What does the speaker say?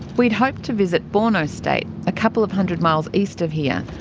we had hoped to visit borno state, a couple of hundred miles east of here,